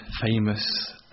famous